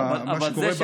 על מה שקורה בצפון.